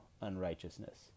unrighteousness